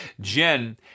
Jen